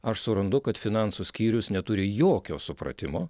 aš surandu kad finansų skyrius neturi jokio supratimo